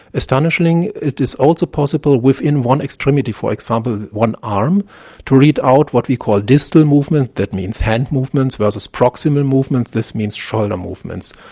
astonishingly, it is also possible within one extremity for example one arm to read out what we call distal and movements, that means hand movements, versus proximal movements, which means shoulder movements.